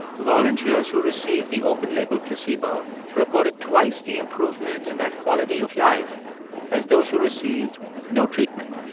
volunteers who received the open-label placebo reported twice the improvement in their quality of life as those who received no treatment.